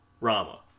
Rama